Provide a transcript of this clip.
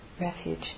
refuge